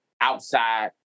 Outside